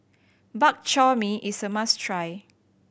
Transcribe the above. Bak Chor Mee is a must try